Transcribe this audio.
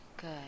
Good